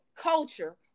culture